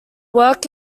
work